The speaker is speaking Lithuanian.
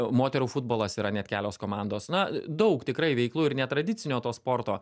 moterų futbolas yra net kelios komandos na daug tikrai veiklų ir netradicinio to sporto